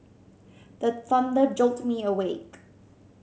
the thunder jolt me awake